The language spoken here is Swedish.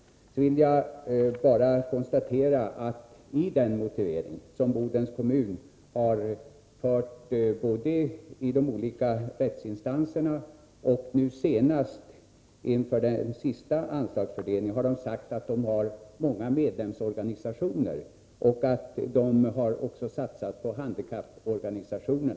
Jag vill bara konstatera att Bodens kommun i sin motivering — både i de olika rättsinstanserna och nu inför den senaste anslagsfördelningen — har sagt att ABF har många medlemsorganisationer och också har satsat på handikapporganisationer.